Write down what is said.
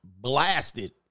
blasted